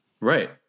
Right